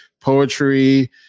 poetry